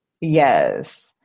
Yes